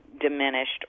diminished